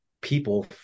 people